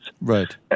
Right